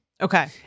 Okay